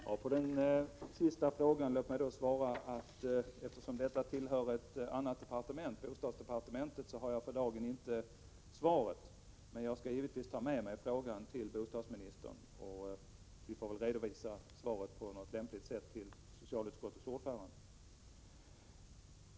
Herr talman! Låt mig på den sista frågan svara, att eftersom detta tillhör ett annat departement, nämligen bostadsdepartementet, har jag för dagen inte svaret. Jag skall givetvis ta med mig frågan till bostadsministern, och vi får väl redovisa svaret på något lämpligt sätt för socialutskottets ordförande.